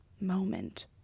Moment